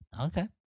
Okay